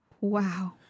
Wow